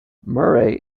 murray